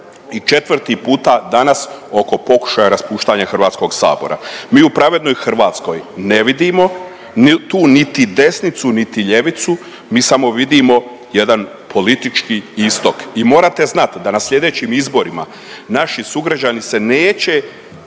i četvrti puta danas oko pokušaja raspuštanja HS-a. Mi u Pravednoj Hrvatskoj ne vidimo tu niti desnicu niti ljevicu, mi samo vidimo jedan politički istok i morate znati da na sljedećim izborima naši sugrađani se neće